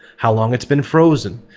how long it's been frozen,